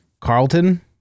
Carlton